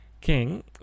King